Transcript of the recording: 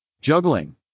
Juggling